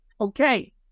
Okay